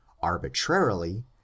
arbitrarily